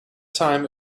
time